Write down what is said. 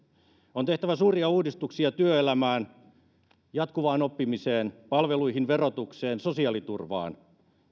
on tehtävä suuria uudistuksia työelämään jatkuvaan oppimiseen palveluihin verotukseen sosiaaliturvaan